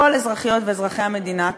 כל אזרחיות ואזרחי המדינה,